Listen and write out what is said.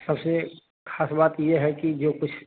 सबसे खास बात ये है कि जो कुछ